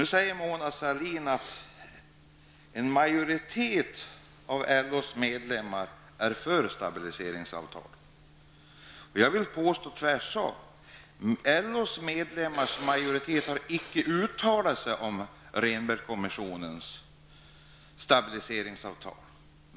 Nu säger Mona Sahlin att en majoritet av LOs medlemmar är för ett stabiliseringsavtal. Jag vill påstå det motsatta. En majoritet av LOs medlemmar har icke uttalat sig om Rehnbergskommissionens stabiliseringsavtal.